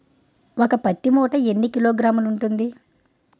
ఒక పత్తి మూట ఎన్ని కిలోగ్రాములు ఉంటుంది?